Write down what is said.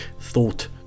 thought